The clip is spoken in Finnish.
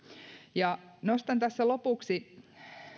nostan tässä lopuksi